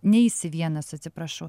neisi vienas atsiprašau